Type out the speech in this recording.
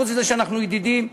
חוץ מזה שאנחנו ידידים,